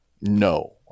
no